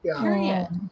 period